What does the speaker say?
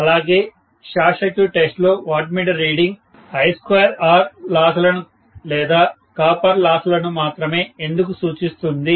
అలాగే short circuit test లో watt meter reading I2R loss ల ను లేదా కాపర్ లాస్ లను మాత్రమే ఎందుకు సూచిస్తుంది